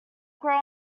grow